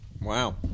Wow